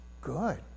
good